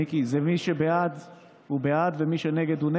מיקי, זה מי שבעד הוא בעד ומי שנגד הוא נגד?